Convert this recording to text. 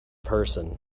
person